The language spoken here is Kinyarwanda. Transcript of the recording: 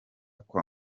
kwa